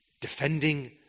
defending